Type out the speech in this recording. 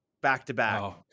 back-to-back